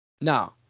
no